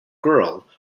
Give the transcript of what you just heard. girl